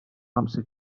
amser